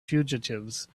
fugitives